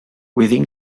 within